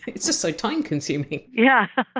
just so time-consuming. yeah ah